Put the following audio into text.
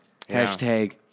Hashtag